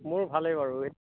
মোৰ ভালেই বাৰু এই